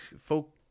folk